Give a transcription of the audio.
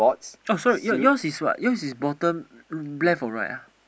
oh so your yours is what yours is bottom left or right ah